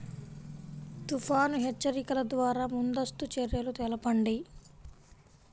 తుఫాను హెచ్చరికల ద్వార ముందస్తు చర్యలు తెలపండి?